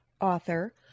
author